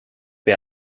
wer